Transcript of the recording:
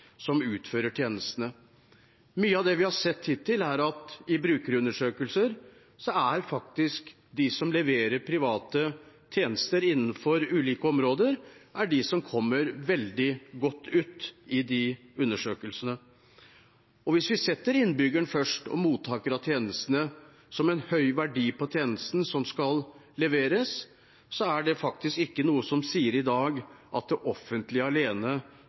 som utfører tjenestene. Mye av det vi har sett i brukerundersøkelser hittil, er at det er de som leverer private tjenester innenfor ulike områder, som kommer veldig godt ut. Hvis vi setter innbyggeren først og mottaker av tjenestene som en høy verdi på tjenesten som skal leveres, er det ikke noe i dag som sier at det offentlige alene